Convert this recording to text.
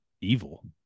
evil